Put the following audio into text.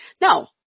no